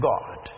God